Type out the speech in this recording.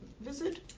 visit